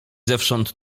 zewsząd